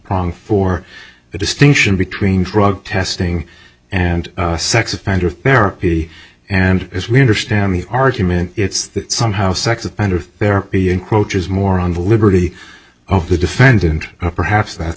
wrong for the distinction between drug testing and sex offender therapy and as we understand the argument it's that somehow sex offender there be encroachers more on the liberty of the defendant perhaps that's